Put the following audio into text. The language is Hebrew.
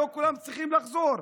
לא כולם צריכים לחזור,